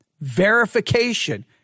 Verification